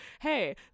Hey